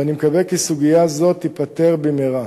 ואני מקווה שסוגיה זו תיפתר במהרה.